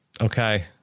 Okay